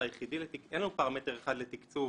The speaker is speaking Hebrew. אין לנו פרמטר אחד לתקצוב